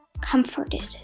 comforted